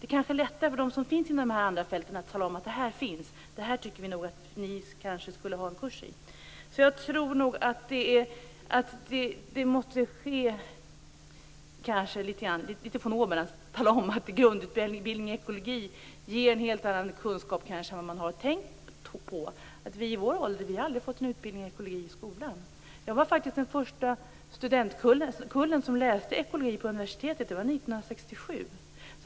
Det kanske är lättare för dem som finns inom de andra fälten att tala om vad som finns och att tala om för andra att de kanske skulle ha en kurs i detta. Jag tror alltså att någon utanför kanske behöver tala om att grundutbildning i ekologi ger en helt annan kunskap än vad man har tänkt på. Människor i min ålder har aldrig fått någon utbildning i ekologi i skolan. Jag ingick i den första studentkullen som läste ekologi på universitetet, och det var 1967.